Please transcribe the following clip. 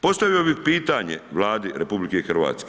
Postavio bih pitanje Vladi RH.